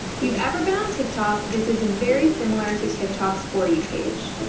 if you've ever been on tik tok, this is very similar to tik tok's for you page.